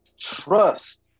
Trust